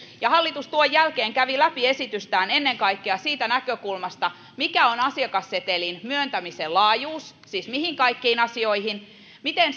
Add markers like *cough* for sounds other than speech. ja hallitus tuon jälkeen kävi läpi esitystään ennen kaikkea siitä näkökulmasta mikä on asiakassetelin myöntämisen laajuus siis mihin kaikkiin asioihin se myönnetään miten *unintelligible*